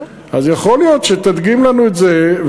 אז יכול להיות שתדגים לנו את זה,